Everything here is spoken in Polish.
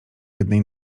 jednej